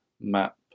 map